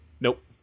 Nope